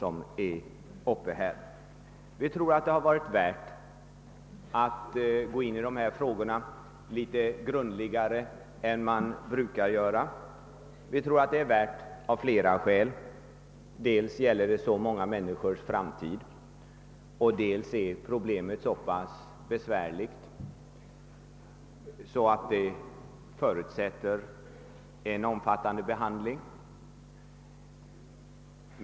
Av flera skäl tror vi att det har varit värt att gå in i dessa frågor litet grundligare än man brukar göra. Dels gäller det så många människors framtid, dels är problemet så besvärligt att det förutsätter en ingående behandling.